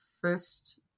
first